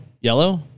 Yellow